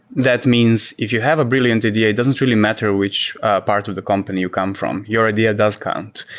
that means if you have a brilliant idea, it doesn't really matter which part of the company you come from. your idea does count.